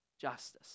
justice